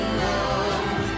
love